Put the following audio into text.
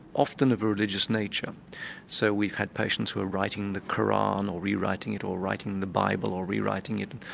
often of a religious nature so we've had patients who are writing the koran or rewriting it, or writing the bible or rewriting it,